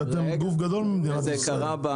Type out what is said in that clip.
כי אתם גוף גדול במדינת ישראל.